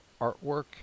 artwork